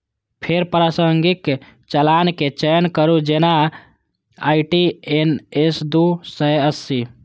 फेर प्रासंगिक चालान के चयन करू, जेना आई.टी.एन.एस दू सय अस्सी